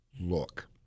look